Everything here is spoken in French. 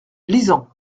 lisant